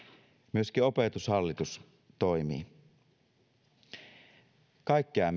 myöskin opetushallitus toimii kaikkea